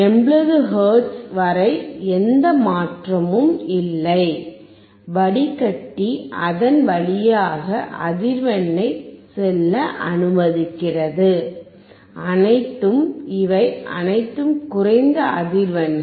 80 hertz வரை எந்த மாற்றமும் இல்லை வடிகட்டி அதன் வழியாக அதிர்வெண்ணை செல்ல அனுமதிக்கிறது அனைத்தும் இவை அனைத்தும் குறைந்த அதிர்வெண்கள்